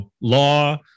law